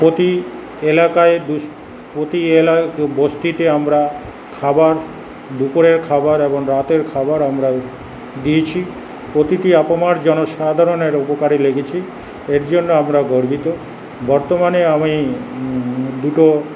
প্রতি এলাকায় প্রতি বস্তিতে আমরা খাবার দুপুরের খাবার এবং রাতের খাবার আমরা দিয়েছি প্রতিটি আপামর জনসাধারণের উপকারে লেগেছি এরজন্য আমরা গর্বিত বর্তমানে আমি দুটো